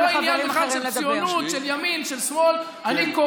לא מים, לא חשמל ולא בתי ספר, על זה אתה מגן.